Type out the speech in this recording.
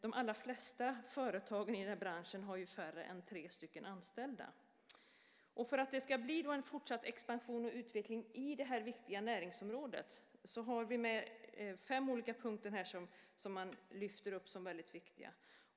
De allra flesta företagen i branschen har färre än tre stycken anställda. För att det ska bli en fortsatt expansion och utveckling inom det här viktiga näringsområdet finns fem olika punkter som man lyfter fram som väldigt viktiga.